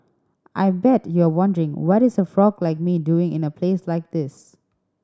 I bet you're wondering what is a frog like me doing in a place like this